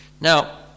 Now